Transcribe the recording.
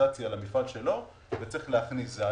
קוסטומיזציה למפעל שלו וצריך להכניס את הציוד.